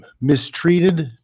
mistreated